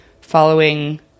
following